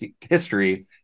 history